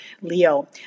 Leo